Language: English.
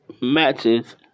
matches